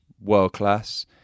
world-class